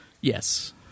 Yes